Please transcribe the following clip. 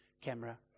camera